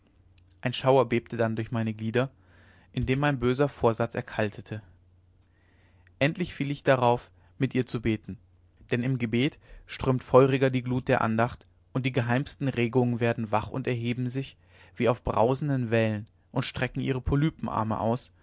ein schauer bebte dann durch meine glieder in dem mein böser vorsatz erkaltete endlich fiel ich darauf mit ihr zu beten denn im gebet strömt feuriger die glut der andacht und die geheimsten regungen werden wach und erheben sich wie auf brausenden wellen und strecken ihre polypenarme aus